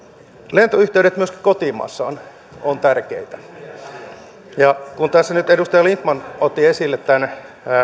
lentoyhteydet myöskin kotimaassa ovat tärkeitä ja kun tässä nyt edustaja lindtman otti esille